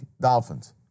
Dolphins